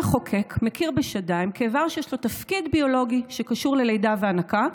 המחוקק מכיר בשדיים כאיבר שיש לו תפקיד ביולוגי שקשור ללידה והנקה,